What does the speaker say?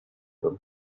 them